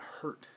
hurt